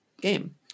game